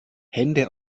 hände